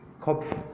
Kopf